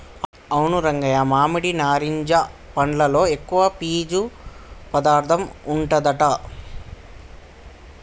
అవును రంగయ్య మామిడి నారింజ పండ్లలో ఎక్కువ పీసు పదార్థం ఉంటదట